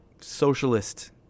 socialist